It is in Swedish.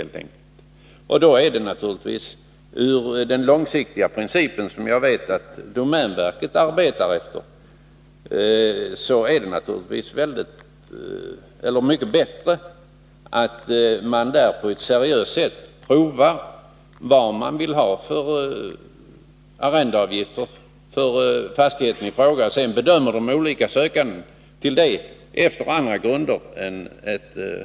Med hänsyn till den långsiktiga princip som jag vet att domänverket arbetar efter är det då naturligtvis mycket bättre att domänverket seriöst sett bestämmer vilken arrendeavgift man vill ha för fastigheten i fråga och sedan bedömer de olika sökandena till arrendet efter andra grunder.